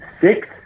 Six